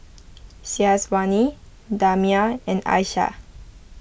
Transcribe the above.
Syazwani Damia and Aisyah